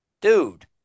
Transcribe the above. dude